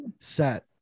set